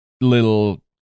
little